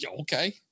Okay